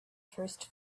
first